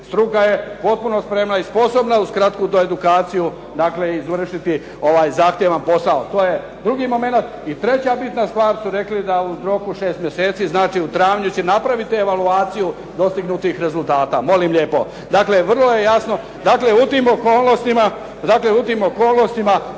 struka je potpuno spremna i sposobna uz kratku doedukaciju dakle izvršiti ovaj zahtjevan posao. To je drugi momenat i treća bitna stvar su rekli da u roku od šest mjeseci, znači u travnju će napraviti evaluaciju dostignutih rezultata, molim lijepo. Dakle vrlo je jasno, dakle u tim okolnostima mislim da možemo